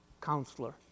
Counselor